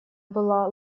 была